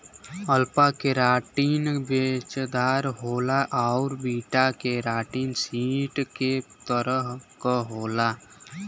alpha keratin पेचदार होला आउर बीटा केराटिन सीट के तरह क होला